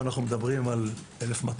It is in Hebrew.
אנחנו מדברים על פוטנציאל של 1,200,